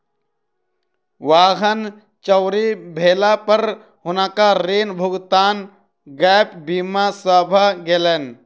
वाहन चोरी भेला पर हुनकर ऋण भुगतान गैप बीमा सॅ भ गेलैन